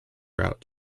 route